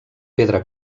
pedra